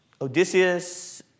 Odysseus